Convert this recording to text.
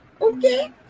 okay